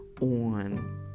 on